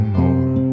more